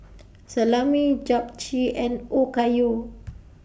Salami Japchae and Okayu